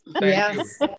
Yes